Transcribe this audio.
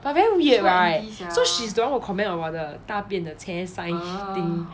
but very weird right so she's the one who comment on 我的大便的 che sai thing